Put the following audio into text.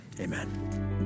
Amen